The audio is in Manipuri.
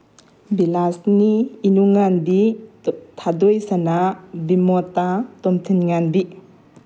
ꯕꯤꯂꯥꯁꯤꯅꯤ ꯏꯅꯨꯡꯉꯥꯟꯕꯤ ꯊꯥꯗꯣꯏꯁꯅꯥ ꯕꯤꯃꯣꯇꯥ ꯇꯣꯝꯊꯤꯟꯉꯥꯟꯕꯤ